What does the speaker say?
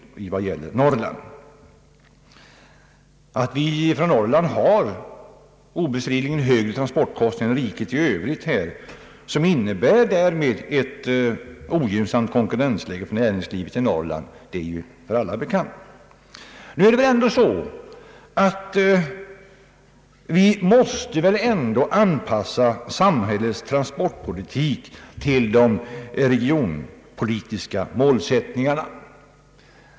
Detta gäller inte minst Norrland. Att Norrland har högre transportkostnader än riket i övrigt — något som innebär ett ogynnsamt konkurrensläge för näringslivet i Norrland — är bekant för alla. Men samhällets transportpolitik måste väl ändå anpassas till de regionpolitiska målsättningarna.